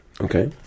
Okay